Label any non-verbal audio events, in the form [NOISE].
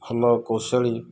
[UNINTELLIGIBLE] କୌଶଳୀ